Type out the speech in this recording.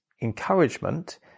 encouragement